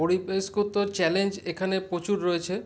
পরিবেশগত চ্যালেঞ্জ এখানে প্রচুর রয়েছে